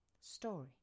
Story